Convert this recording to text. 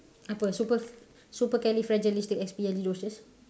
apa super~ supercalifragilisticexpialidocious